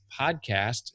podcast